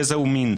גזע ומין.